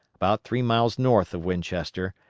about three miles north of winchester,